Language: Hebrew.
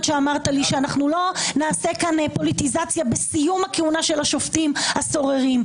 שאמרת לי שאנחנו לא נעשה פוליטיזציה בסיום הכהונה של השופטים הסוררים,